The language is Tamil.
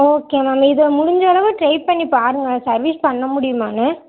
ஓகே மேம் இதை முடிஞ்சளவு ட்ரை பண்ணி பாருங்க சர்வீஸ் பண்ண முடியுமானு